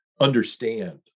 understand